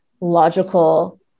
logical